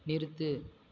நிறுத்து